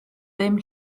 dim